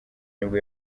nibwo